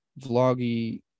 vloggy